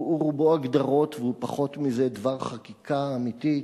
הוא רובו הגדרות, והוא פחות מזה דבר חקיקה אמיתי.